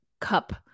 Cup